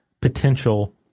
potential